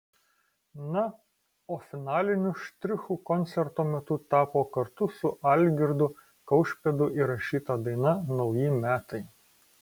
na o finaliniu štrichu koncerto metu tapo kartu su algirdu kaušpėdu įrašyta daina nauji metai